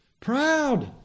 Proud